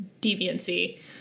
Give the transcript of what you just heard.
deviancy